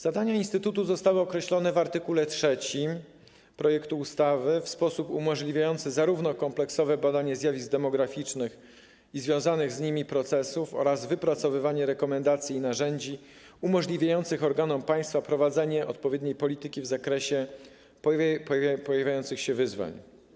Zadania instytutu zostały określone w art. 3 projektu ustawy w zakresie umożliwiającym kompleksowe badanie zarówno zjawisk demograficznych, jak i związanych z nimi procesów, oraz wypracowywanie rekomendacji i narzędzi umożliwiających organom państwa prowadzenie odpowiedniej polityki w odniesieniu do pojawiających się wyzwań.